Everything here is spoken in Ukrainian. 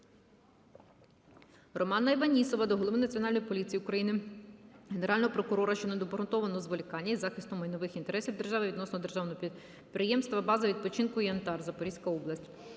Романа Іванісова до Голови Національної поліції України, Генерального прокурора щодо необґрунтованого зволікання із захистом майнових інтересів держави відносно державного підприємства "База відпочинку "Янтар" (Запорізька область).